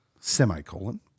semicolon